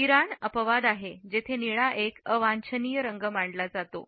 Iran अपवाद आहे जेथे निळा एक अवांछनीय रंग मानला जातो